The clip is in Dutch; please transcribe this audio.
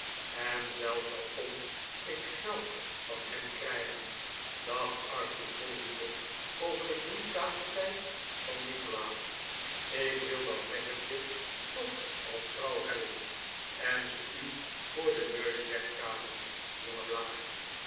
en zelfs al kon ik geld van hem krijgen dacht arthur vol woede over de brutaliteit van nikolaas ik wil dat lekkertje toch als vrouw hebben en ze u voor den neus wegkapen jonge blaag